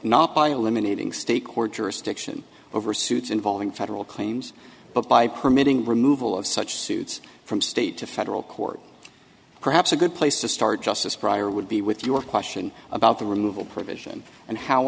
so by eliminating state court jurisdiction over suits involving federal claims but by permitting removal of such suits from state to federal court perhaps a good place to start justice prior would be with your question about the removal provision and how